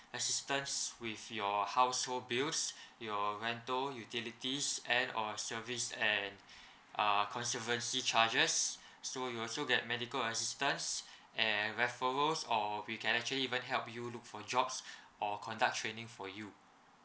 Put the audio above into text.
assistance with your household bills your rental utilities and our service and uh conservancy charges so you also get medical assistance and referrals or we can actually even help you look for jobs or conduct training for you